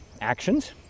actions